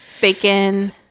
Bacon